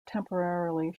temporarily